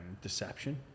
deception